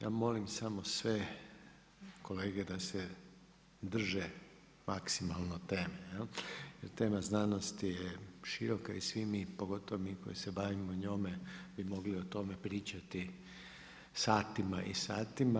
Ja molim samo sve kolege da se drže maksimalno teme, jer tema znanosti je široka i svi mi, pogotovo mi koji se bavimo njome bi mogli o tome pričati satima i satima.